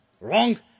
wrong